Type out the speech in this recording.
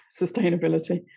sustainability